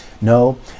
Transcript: no